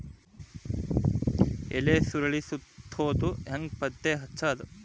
ಎಲಿ ಸುರಳಿ ಸುತ್ತಿದ್ ಹೆಂಗ್ ಪತ್ತೆ ಹಚ್ಚದ?